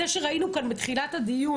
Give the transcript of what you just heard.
זה שראינו בתחילת הדיון,